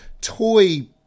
toy